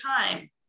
time